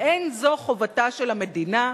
האין זו חובתה של המדינה?